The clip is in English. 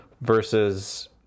versus